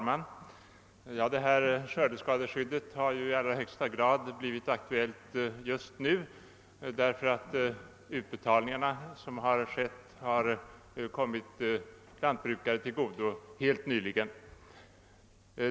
Herr talman! Skördeskadeskyddet har nu blivit i allra högsta grad aktuellt genom de utbetalningar som först helt nyligen kommit olika lantbrukare till handa.